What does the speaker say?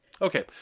Okay